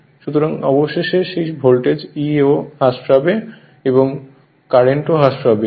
সুতরাং অবশেষে সেই ভোল্টেজ E ও হ্রাস পাবে এবং কারেন্টও হ্রাস পাবে